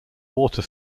water